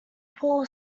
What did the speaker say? pull